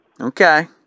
Okay